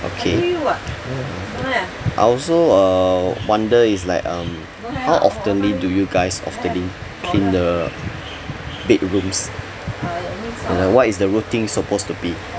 okay I also uh wonder is like um how often do you guys often clean the bedrooms and then what is the routine suppose to be